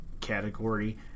category